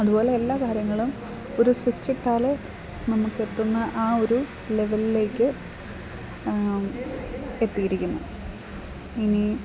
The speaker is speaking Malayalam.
അതുപോലെ എല്ലാ കാര്യങ്ങളും ഒരു സ്വിച്ചിട്ടാൽ നമുക്കെത്തുന്ന ആ ഒരു ലെവലിലേക്ക് എത്തിയിരിക്കുന്നു ഇനി